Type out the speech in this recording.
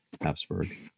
Habsburg